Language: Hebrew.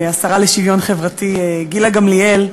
השרה לשוויון חברתי גילה גמליאל,